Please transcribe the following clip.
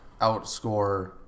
outscore